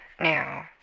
now